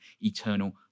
eternal